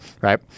right